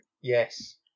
Yes